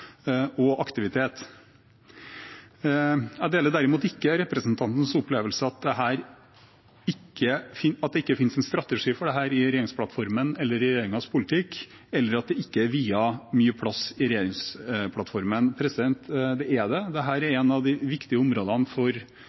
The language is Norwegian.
og aktivitet. Jeg deler derimot ikke representantens opplevelse av at det ikke finnes en strategi for dette i regjeringsplattformen eller i regjeringens politikk, eller at det ikke er viet mye plass i regjeringsplattformen. Det er det. Dette er et av de viktige områdene for